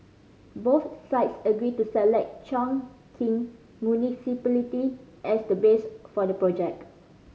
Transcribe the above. both sides agreed to select Chongqing Municipality as the base for the project